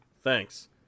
Thanks